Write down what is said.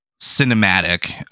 cinematic